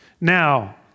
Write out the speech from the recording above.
Now